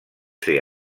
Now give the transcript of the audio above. ser